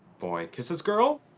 boy kisses girl.